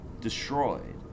destroyed